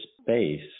space